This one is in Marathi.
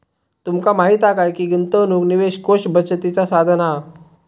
तुमका माहीत हा काय की गुंतवणूक निवेश कोष बचतीचा साधन हा